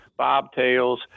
bobtails